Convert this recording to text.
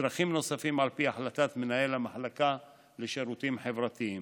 וצרכים נוספים על פי החלטת מנהל המחלקה לשירותים חברתיים.